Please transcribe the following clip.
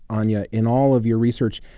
anya. in all of your research,